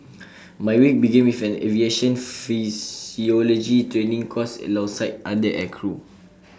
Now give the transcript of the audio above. my week began with an aviation physiology training course alongside other aircrew